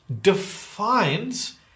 defines